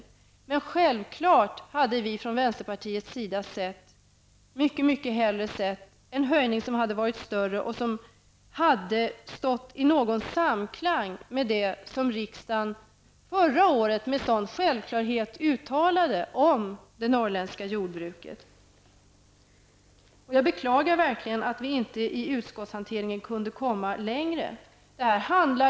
Men självklart hade vi från vänsterpartiets sida mycket mycket hellre sett en höjning som hade varit större och som hade stått i någon samklang med det som riksdagen förra året med sådan självklarhet uttalade om det norrländska jordbruket. Jag beklagar verkligen att vi inte i utskottshanteringen kunde komma längre.